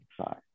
Sorry